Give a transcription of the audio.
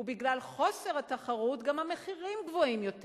בגלל חוסר התחרות גם המחירים גבוהים יותר.